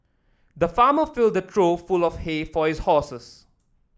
the farmer filled a trough full of hay for his horses